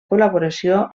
col·laboració